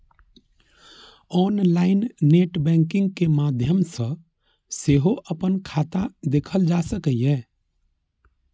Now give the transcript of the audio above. online net banking के माध्यम सं सेहो अपन खाता देखल जा सकैए